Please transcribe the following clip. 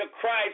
Christ